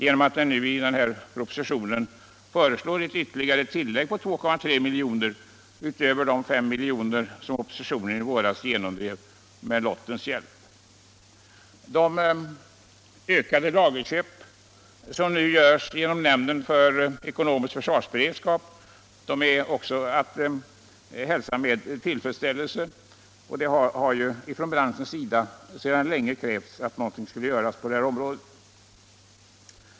I den föreliggande propositionen föreslås ett tillägg på 2,3 miljoner till de 5 miljoner som oppositionen i våras med lottens hjälp genomdrev. De ökade lagerköp som sker genom överstyrelsen för ekonomiskt försvar är också att hälsa med tillfredsställelse. Det har från branschens sida länge krävts att någonting skulle göras på detta område.